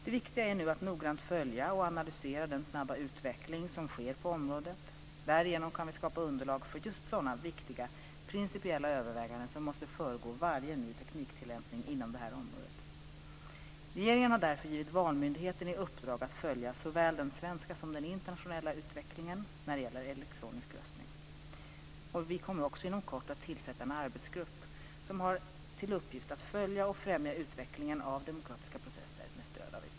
Det viktiga är nu att noggrant följa och analysera den snabba utveckling som sker på området. Därigenom kan vi skapa underlag för just sådana viktiga principiella överväganden som måste föregå varje ny tekniktillämpning inom detta område. Regeringen har därför givit Valmyndigheten i uppdrag att följa såväl den svenska som den internationella utvecklingen när det gäller elektronisk röstning. Regeringen kommer också inom kort att tillsätta en arbetsgrupp med uppgift att följa och främja utvecklingen av demokratiska processer med stöd av IT.